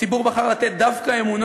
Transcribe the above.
הציבור בחר לתת את אמונו